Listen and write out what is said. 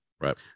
Right